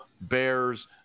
bears